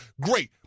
great